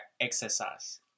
exercise